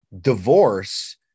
Divorce